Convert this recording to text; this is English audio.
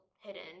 hidden